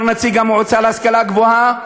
אמר נציג המועצה להשכלה גבוהה: